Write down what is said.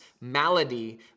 malady